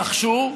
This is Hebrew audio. נחשו.